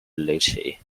lucia